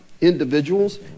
individuals